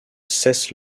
cessent